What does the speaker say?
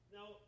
Now